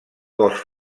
cos